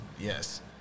Yes